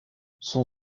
son